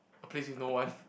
a place with no one